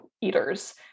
eaters